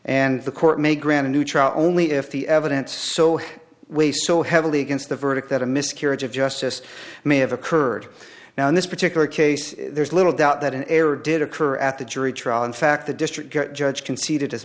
and the court may grant a new trial only if the evidence so way so heavily against the verdict that a miscarriage of justice may have occurred now in this particular case there's little doubt that an error did occur at the jury trial in fact the district judge conceded as